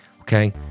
okay